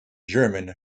german